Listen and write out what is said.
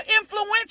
influential